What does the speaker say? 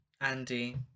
Andy